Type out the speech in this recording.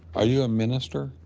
are you a minister?